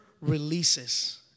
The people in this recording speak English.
releases